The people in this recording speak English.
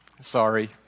sorry